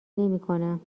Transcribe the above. نمیکنم